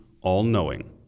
all-knowing